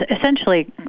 essentially